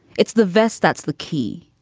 it's the vest that's the key.